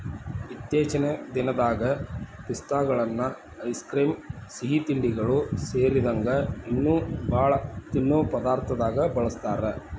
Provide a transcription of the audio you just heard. ಇತ್ತೇಚಿನ ದಿನದಾಗ ಪಿಸ್ತಾಗಳನ್ನ ಐಸ್ ಕ್ರೇಮ್, ಸಿಹಿತಿಂಡಿಗಳು ಸೇರಿದಂಗ ಇನ್ನೂ ಬಾಳ ತಿನ್ನೋ ಪದಾರ್ಥದಾಗ ಬಳಸ್ತಾರ